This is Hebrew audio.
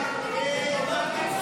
לזימי,